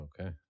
okay